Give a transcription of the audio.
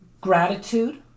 gratitude